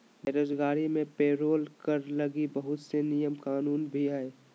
बेरोजगारी मे पेरोल कर लगी बहुत से नियम कानून भी हय